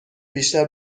بیشتر